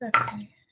Okay